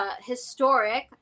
historic